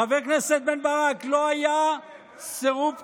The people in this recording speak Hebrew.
חבר הכנסת בן ברק, לא היה סירוב פקודה,